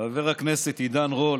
חבר הכנסת עידן רול,